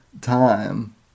time